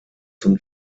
zum